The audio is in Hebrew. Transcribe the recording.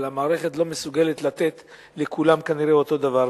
אבל המערכת כנראה לא מסוגלת לתת לכולם אותו דבר,